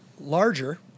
Larger